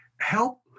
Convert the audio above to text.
help